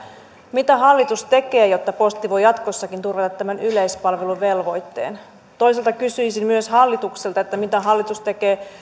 mitä hallitus tekee jotta posti voi jatkossakin turvata tämän yleispalveluvelvoitteen toisaalta kysyisin myös hallitukselta mitä hallitus tekee